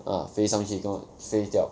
ah 飞上去跟飞掉